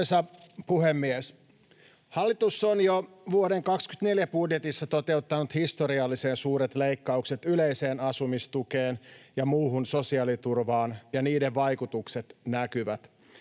Arvoisa puhemies! Hallitus on jo vuoden 24 budjetissa toteuttanut historiallisen suuret leikkaukset yleiseen asumistukeen ja muuhun sosiaaliturvaan, ja niiden vaikutukset näkyvät.